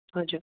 हजुर